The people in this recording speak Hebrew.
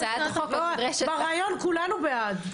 ברעיון כולנו בעד.